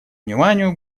вниманию